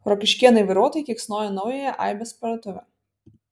rokiškėnai vairuotojai keiksnoja naująją aibės parduotuvę